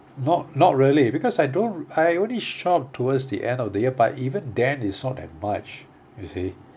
not not really because I don't I only shop towards the end of the year but even then it's not that much you see